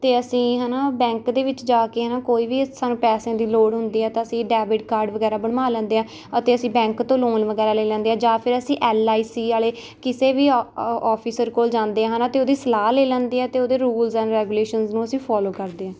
ਅਤੇ ਅਸੀਂ ਹੈ ਨਾ ਬੈਂਕ ਦੇ ਵਿੱਚ ਜਾ ਕੇ ਹੈ ਨਾ ਕੋਈ ਵੀ ਸਾਨੂੰ ਪੈਸਿਆਂ ਦੀ ਲੋੜ ਹੁੰਦੀ ਹੈ ਤਾਂ ਅਸੀਂ ਡੈਬਿਟ ਕਾਰਡ ਵਗੈਰਾ ਬਣਵਾ ਲੈਂਦੇ ਹਾਂ ਅਤੇ ਅਸੀਂ ਬੈਂਕ ਤੋਂ ਲੌਨ ਵਗੈਰਾ ਲੈ ਲੈਂਦੇ ਹਾਂ ਜਾਂ ਫਿਰ ਅਸੀਂ ਐੱਲ ਆਈ ਸੀ ਵਾਲੇ ਕਿਸੇ ਵੀ ਆ ਆਫ਼ਿਸਰ ਕੋਲ ਜਾਂਦੇ ਹਾਂ ਅਤੇ ਉਹਦੀ ਸਲਾਹ ਲੈ ਲੈਂਦੇ ਅ ਅਤੇ ਉਹਦੇ ਰੂਲਸ ਔਰ ਰੇਗੁਲੇਸ਼ਨ ਨੂੰ ਅਸੀਂ ਫ਼ੌਲੋ ਕਰਦੇ ਹਾਂ